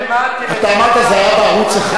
אתה אמרת שזה היה בערוץ-1?